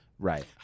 Right